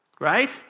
Right